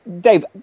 Dave